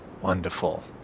wonderful